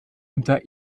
unter